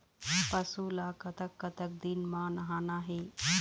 पशु ला कतक कतक दिन म नहाना हे?